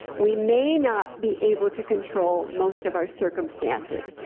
we may not be able to control most of our circumstances,